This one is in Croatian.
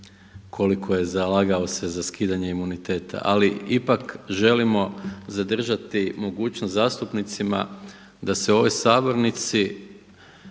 koliko je zalagao se za skidanje imuniteta. Ali ipak želimo zadržati mogućnost zastupnicima da se u ovoj Sabornici